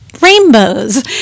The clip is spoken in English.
rainbows